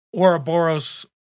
Ouroboros